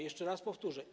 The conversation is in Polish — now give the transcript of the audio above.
Jeszcze raz powtórzę.